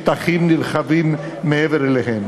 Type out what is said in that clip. שטחים נרחבים מעבר אליהם.